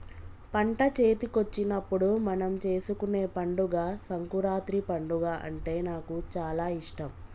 పంట చేతికొచ్చినప్పుడు మనం చేసుకునే పండుగ సంకురాత్రి పండుగ అంటే నాకు చాల ఇష్టం